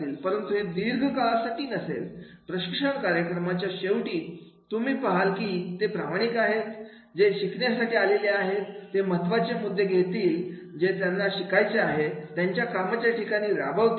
परंतु हे दीर्घकाळासाठी नसेल प्रशिक्षण कार्यक्रमाच्या शेवटी तुम्ही पाहाल कि ते प्रामाणिक आहेत ते शिकण्यासाठी आलेले आहेत ते महत्त्वाचे मुद्दे घेतील जे त्यांना शिकायचा आहे त्यांच्या कामाच्या ठिकाणी राबवतील